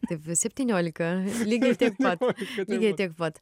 taip va septyniolika lygiai tiek pat lygiai tiek pat